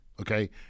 Okay